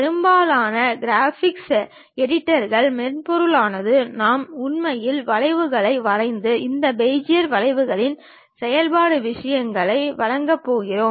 பெரும்பாலான கிராபிக்ஸ் எடிட்டர்கள் மென்பொருளானது நாம் உண்மையில் வளைவுகளை வரைந்து இந்த பெஜியர் வளைவுகளில் செயல்படும் விஷயங்களை வழங்கப் போகிறோம்